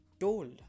told